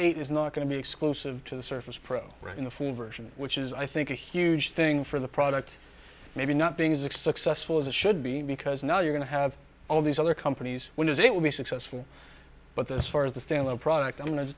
eight is not going to be exclusive to the surface pro in the full version which is i think a huge thing for the product maybe not being successful as it should be because now you're going to have all these other companies when is it will be successful but this far as the standalone product i'm go